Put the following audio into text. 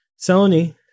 Sony